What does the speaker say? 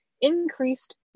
increased